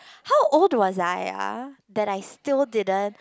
how old was I ah that I still didn't